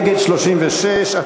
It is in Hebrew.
36 נגד.